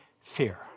fear